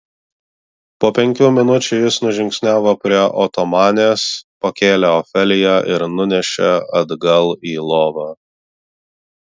po penkių minučių jis nužingsniavo prie otomanės pakėlė ofeliją ir nunešė atgal į lovą